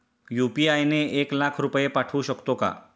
UPI ने एक लाख रुपये पाठवू शकतो का?